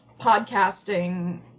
podcasting